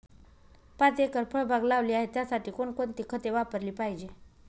पाच एकर फळबाग लावली आहे, त्यासाठी कोणकोणती खते वापरली पाहिजे?